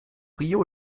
rio